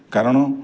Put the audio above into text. କାରଣ